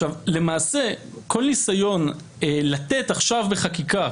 למעשה כל ניסיון לתת עכשיו בחקיקה,